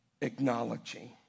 acknowledging